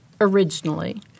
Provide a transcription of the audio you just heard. originally